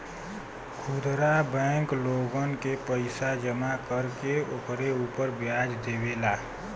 खुदरा बैंक लोगन के पईसा जमा कर के ओकरे उपर व्याज देवेला